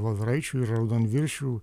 voveraičių ir raudonviršių